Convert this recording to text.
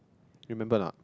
remember or not